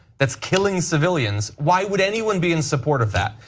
that's killing civilians, why would anyone be in support of that?